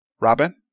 Robin